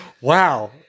Wow